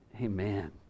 Amen